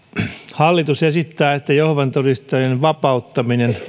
hallitus esittää että jehovan todistajien vapauttaminen